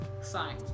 sign